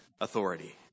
authority